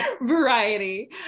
variety